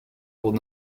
would